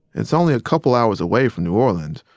it's only a couple hours away from new orleans,